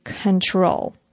control